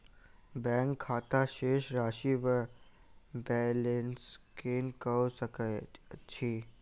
Bank खाता शेष राशि वा बैलेंस केना कऽ सकय छी?